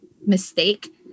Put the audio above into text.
mistake